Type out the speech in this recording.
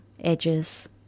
edges